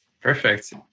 perfect